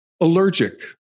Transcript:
allergic